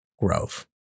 grove